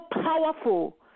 powerful